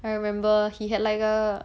I remember he had like a